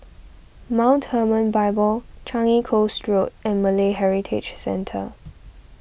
Mount Hermon Bible Changi Coast Road and Malay Heritage Centre